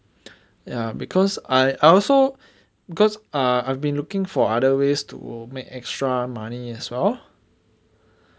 ya because I I also because ah I've been looking for other ways to make extra money as well